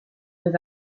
with